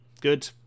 Good